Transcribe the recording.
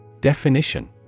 Definition